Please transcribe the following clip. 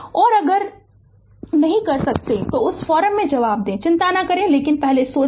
और अगर नहीं कर सकते हैं तो उस फोरम में जवाब दें चिंता न करें लेकिन पहले सोचें